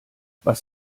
was